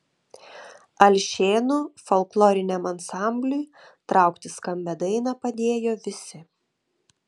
alšėnų folkloriniam ansambliui traukti skambią dainą padėjo visi